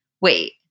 wait